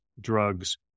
drugs